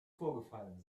vorgefallen